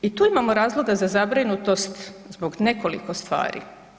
I tu imamo razloga za zabrinutost zbog nekoliko stvari.